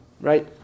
Right